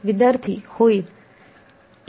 विद्यार्थी होईल